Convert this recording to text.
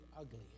ugly